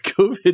COVID